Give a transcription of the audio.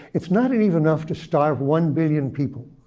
it's not and even enough to starve one billion people.